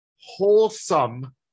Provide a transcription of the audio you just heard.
wholesome